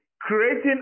creating